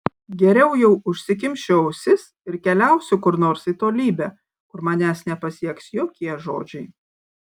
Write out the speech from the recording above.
geriau jau užsikimšiu ausis ir keliausiu kur nors į tolybę kur manęs nepasieks jokie žodžiai